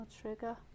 Trigger